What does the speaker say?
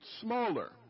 smaller